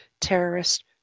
terrorist